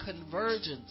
convergence